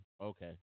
okay